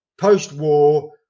post-war